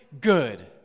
good